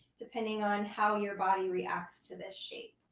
depending on how your body reacts to this shape.